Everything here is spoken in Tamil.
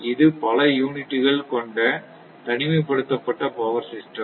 இது பல யூனிட் கள் கொண்ட தனிமைப்படுத்தப்பட்ட பவர் சிஸ்டம்